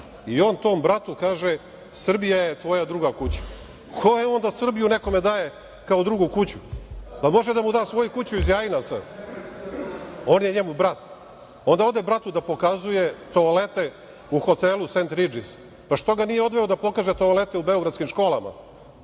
I on tom bratu kaže – Srbija je tvoja druga kuća. Ko je on da Srbiju nekome daje kao drugu kuću? Može da mu da svoju kuću iz Jajinaca. On je njemu brat. Onda ode bratu da pokazuje toalete u hotelu „Sent Ridžis“. Pa što ga nije odveo da pokaže toalete u beogradskim školama?